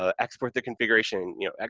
ah export the configuration, you know,